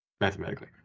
Mathematically